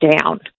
down